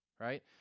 right